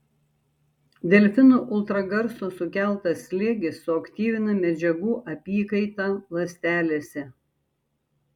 delfinų ultragarso sukeltas slėgis suaktyvina medžiagų apykaitą ląstelėse